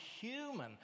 human